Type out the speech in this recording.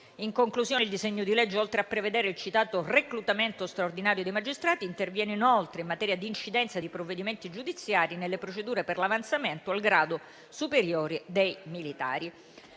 In conclusione, il disegno di legge oltre a prevedere il citato reclutamento straordinario di magistrati, interviene in materia di incidenza di provvedimenti giudiziari nelle procedure per l'avanzamento al grado superiore dei militari.